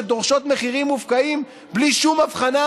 שדורשות מחירים מופקעים בלי שום הבחנה,